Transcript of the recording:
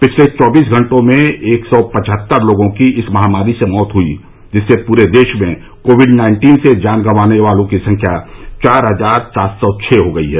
पिछले चौबीस घंटों में एक सौ पचहत्तर लोगों की इस महामारी से मौत हई है जिससे पूरे देश में कोविड नाइन्टीन से जान गंवाने वालों की संख्या चार हजार सात सौ छ हो गई है